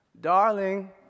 Darling